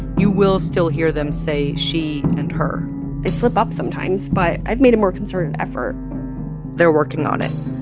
you will still hear them say she and her i slip up sometimes, but i've made a more concerted effort they're working on it